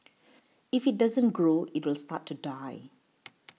if it doesn't grow it will start to die